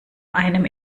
einem